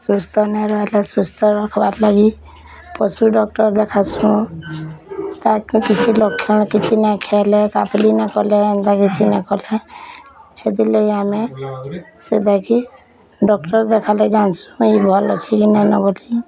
ସୁସ୍ଥ ନ ରହିଲେ ସୁସ୍ଥ ରଖ୍ବାର ଲାଗି ପଶୁ ଡକ୍ଟର୍ ଦେଖାସୁଁ ତାକୁ କିଛି ଲକ୍ଷଣ କିଛି ନାଇ ଖାଇଲେ ପାକୁଳି ନ କଲେ ଏମ୍ତା କିଛି ନ କଲେ ସେଥିର୍ ଲାଗି ଆମେ ସେ ଯାଇ କି ଡକ୍ଚର୍ ଦେଖା ପାଇଁ ଯାସୁଁ ଏଇ ଭଲ୍ ଅଛି କି ନା ନବ କି